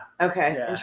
Okay